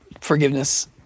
forgiveness